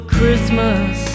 Christmas